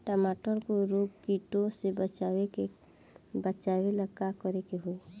टमाटर को रोग कीटो से बचावेला का करेके होई?